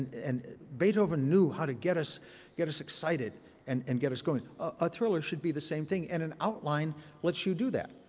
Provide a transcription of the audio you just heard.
and beethoven knew how to get us get us excited and and get us going. a thriller should be the same thing. and an outline let's you do that.